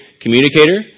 communicator